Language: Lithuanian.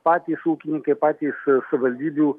patys ūkininkai patys savivaldybių